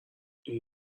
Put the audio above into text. این